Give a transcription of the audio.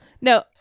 No